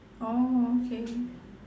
orh okay